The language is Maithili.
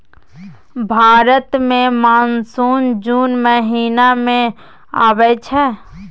भारत मे मानसून जुन महीना मे आबय छै